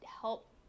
help